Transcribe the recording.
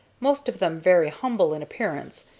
most of them very humble in appearance,